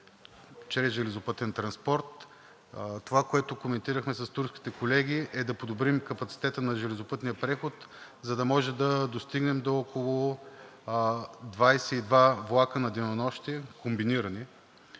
чрез железопътен транспорт. Това, което коментирахме с турските колеги, е да подобрим капацитета на железопътния преход, за да може да достигнем до около 22 влака на денонощие – комбинирани,